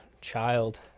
child